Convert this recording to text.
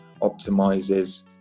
optimizes